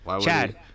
Chad